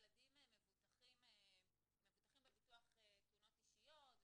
הילדים מבוטחים בביטוח תאונות אישיות,